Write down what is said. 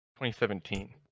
2017